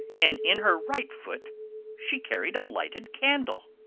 and in her right foot she carried a lighted candle!